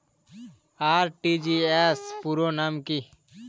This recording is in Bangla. আর.টি.জি.এস পুরো নাম কি?